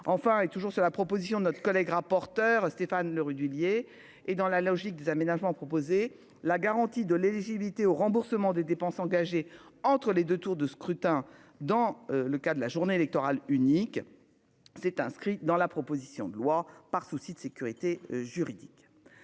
enfin et toujours sur la proposition de notre collègue rapporteur Stéphane Le Rudulier. Et dans la logique d'aménagement proposé, la garantie de l'éligibilité au remboursement des dépenses engagées entre les 2 tours de scrutin. Dans le cas de la journée électorale unique. S'est inscrit dans la proposition de loi par souci de sécurité juridique.